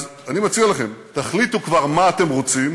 אז אני מציע לכם, תחליטו כבר מה אתם רוצים,